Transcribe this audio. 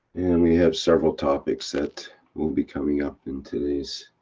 and we have several topics that will be coming up in today's.